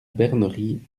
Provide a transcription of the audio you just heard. bernerie